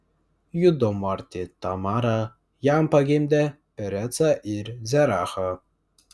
judo marti tamara jam pagimdė perecą ir zerachą